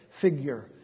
figure